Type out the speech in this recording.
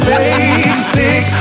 basic